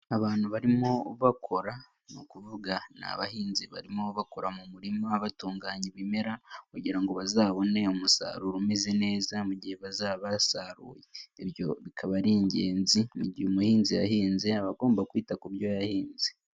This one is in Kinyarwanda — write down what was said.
Abantu barimo bakora ni ukuvuga ni abahinzi barimo bakora mu murima batunganya ibimera kugira ngo bazabone umusaruro umeze neza mu gihe bazaba basaruye, ibyo bikaba ari ingenzi mu gihe umuhinzi yahinze abagomba kwita ku byo yahinze.